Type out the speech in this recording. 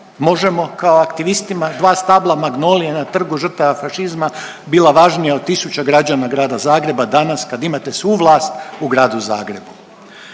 MOŽEMO kao aktivistima dva stabla magnolije na Trgu žrtava fašizma bila važnija od tisuća građana grada Zagreba danas kad imate svu vlast u gradu Zagrebu.